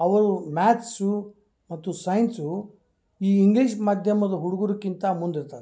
ಅವರು ಮ್ಯಾತ್ಸು ಮತ್ತು ಸೈನ್ಸು ಈ ಇಂಗ್ಲೀಷ್ ಮಾಧ್ಯಮದ ಹುಡುಗರ್ಕ್ಕಿಂತ ಮುಂದಿರ್ತಾರೆ